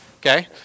Okay